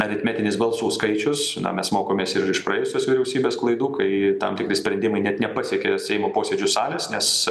aritmetinis balsų skaičius na mes mokomės ir iš praėjusios vyriausybės klaidų kai tam tikri sprendimai net nepasiekė seimo posėdžių salės nes